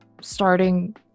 starting